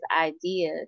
idea